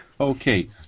Okay